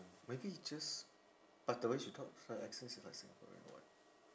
maybe just but the way she talk her accent is like singaporean or what